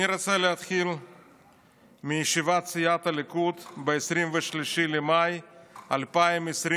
אני רוצה להתחיל בישיבת סיעת הליכוד ב-23 במאי 2022,